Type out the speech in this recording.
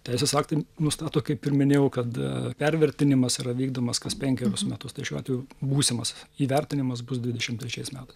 teisės aktai nustato kaip ir minėjau kad pervertinimas yra vykdomas kas penkerius metus tai šiuo atveju būsimas įvertinimas bus dvidešimt trečiais metais